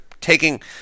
taking